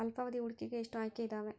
ಅಲ್ಪಾವಧಿ ಹೂಡಿಕೆಗೆ ಎಷ್ಟು ಆಯ್ಕೆ ಇದಾವೇ?